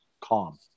calm